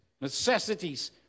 necessities